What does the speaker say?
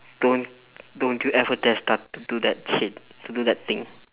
don't don't you ever get started to do that shit to do that thing